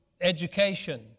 education